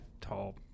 tall